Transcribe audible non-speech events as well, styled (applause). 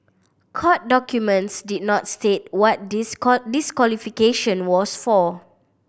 court documents did not state what this (unintelligible) this disqualification was for